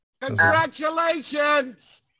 congratulations